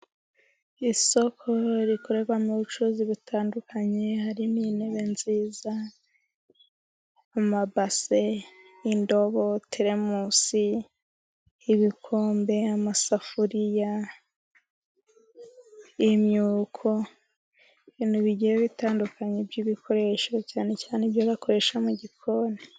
Isoko rikorerwamo ubucuruzi butandukanye harimo intebe nziza, amabase, indobo, teremusi, ibikombe , amasafuriya, imyuko ibintu bigiye bitandukanye by'ibikoresho cyane cyane ibyo bakoresha mu gikoni.